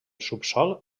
subsòl